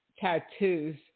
tattoos